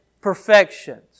perfections